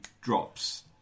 drops